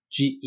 GE